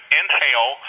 inhale